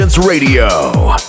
Radio